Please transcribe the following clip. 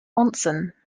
onsen